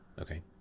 Okay